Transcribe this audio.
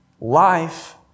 Life